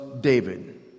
David